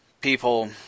people